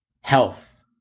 Health